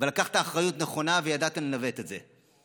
ולקחת אחריות נכונה, וידעתם לנווט את זה.